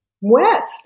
West